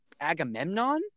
Agamemnon